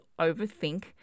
overthink